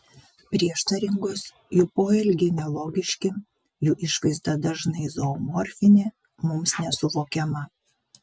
prieštaringos jų poelgiai nelogiški jų išvaizda dažnai zoomorfinė mums nesuvokiama